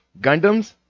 Gundams